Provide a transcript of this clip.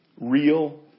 Real